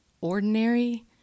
ordinary